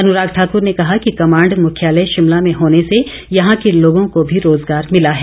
अनुराग ठाकुर ने कहा कि कमांड मुख्यालय शिमला में होने से यहां के लोगों को भी रोजगार मिला है